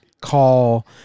call